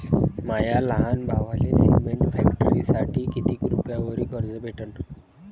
माया लहान भावाले सिमेंट फॅक्टरीसाठी कितीक रुपयावरी कर्ज भेटनं?